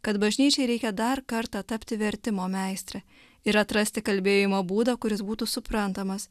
kad bažnyčiai reikia dar kartą tapti vertimo meistre ir atrasti kalbėjimo būdą kuris būtų suprantamas